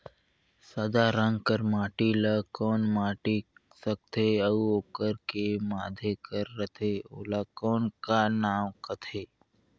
सादा रंग कर माटी ला कौन माटी सकथे अउ ओकर के माधे कर रथे ओला कौन का नाव काथे?